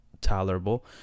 tolerable